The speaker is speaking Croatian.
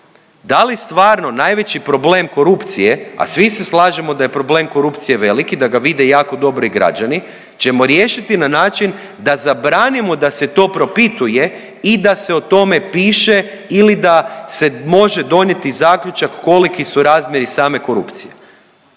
Da li stvarno najveći problem korupcije, a svi se slažemo da je problem korupcije velik i da ga vide jako dobro i građani ćemo riješiti na način da zabranimo da se to propituje i da se o tome piše ili da se može donijeti zaključak koliki su razmjeri same korupcije.